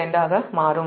172 ஆக மாறும்